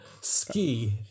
ski